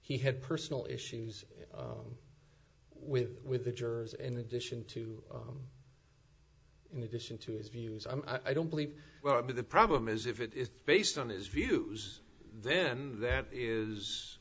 he had personal issues with with the jurors in addition to in addition to his views i don't believe well but the problem is if it is based on his views then that